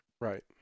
Right